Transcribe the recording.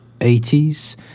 80s